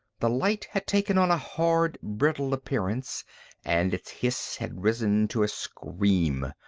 the light had taken on a hard, brittle appearance and its hiss had risen to a scream.